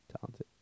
Talented